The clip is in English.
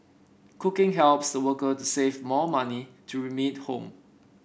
cooking helps the worker to save more money to remit home